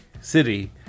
city